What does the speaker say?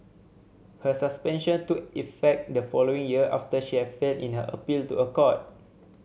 her suspension took effect the following year after she had failed in her appeal to a court